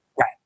Right